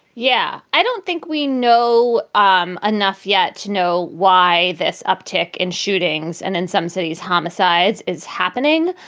yeah, i don't think we know um enough yet to know why this uptick in shootings and in some cities homicides is happening.